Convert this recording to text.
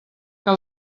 que